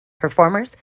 performers